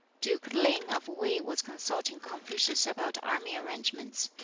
duke ling of wei was consulting confucius about army arrangements.